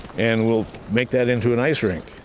and we'll make that into an ice rink.